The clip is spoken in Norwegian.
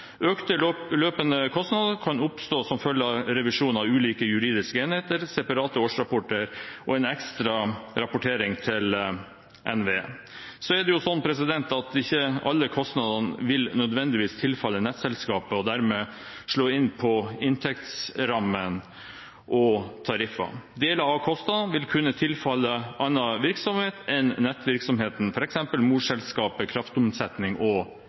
Økte løpende kostnader kan oppstå som følge av revisjon av ulike juridiske enheter, separate årsrapporter og en ekstra rapportering til NVE. Så er det sånn at ikke alle kostnadene nødvendigvis vil tilfalle nettselskapet og dermed slå inn på inntektsrammen og tariffene. Deler av kostnadene vil kunne tilfalle annen virksomhet enn nettvirksomheten, f.eks. morselskapet, kraftomsetning og